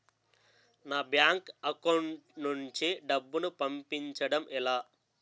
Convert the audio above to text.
నా bank account నుంచి డబ్బును పంపించడం ఎలా?